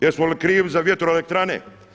Jesmo li krivi za vjetroelektrane?